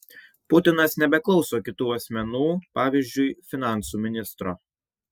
putinas nebeklauso kitų asmenų pavyzdžiui finansų ministro